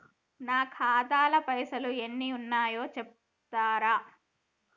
నా ఖాతా లా పైసల్ ఎన్ని ఉన్నాయో చెప్తరా?